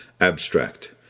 Abstract